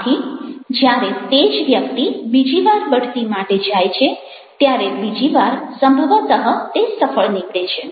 આથી જ્યારે તે જ વ્યક્તિ બીજીવાર બઢતી માટે જાય છે ત્યારે બીજી વાર સંભવતઃ તે સફળ નીવડે છે